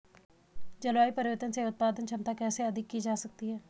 जलवायु परिवर्तन से उत्पादन क्षमता कैसे अधिक की जा सकती है?